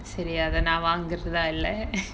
சரி அத நா வாங்குறதா இல்ல:sari atha naa vaanguratha illa